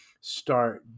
start